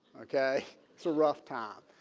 okay so rough time